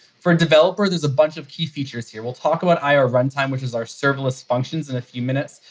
for a developer, there's a bunch of key features here. we'll talk about i o runtime, which is our serverless functions in a few minutes.